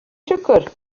siwgr